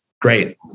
great